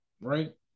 right